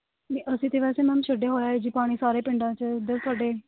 ਨਹੀਂ ਅਸੀਂ ਤਾਂ ਵੈਸੇ ਮੈਮ ਛੱਡਿਆ ਹੋਇਆ ਹੈ ਜੀ ਪਾਣੀ ਸਾਰੇ ਪਿੰਡਾਂ 'ਚ ਇੱਧਰ ਤੁਹਾਡੇ